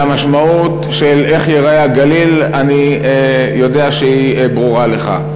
והמשמעות של איך ייראה הגליל אני יודע שהיא ברורה לך.